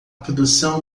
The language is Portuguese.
produção